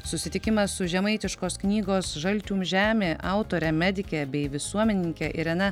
susitikimas su žemaitiškos knygos žaltiūm žemė autore medike bei visuomenininke irena